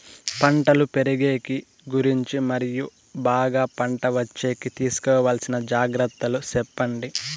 పంటలు పెరిగేకి గురించి మరియు బాగా పంట వచ్చేకి తీసుకోవాల్సిన జాగ్రత్త లు సెప్పండి?